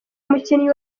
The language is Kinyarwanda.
umukinnyi